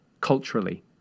culturally